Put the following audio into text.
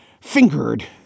fingered